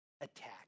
attack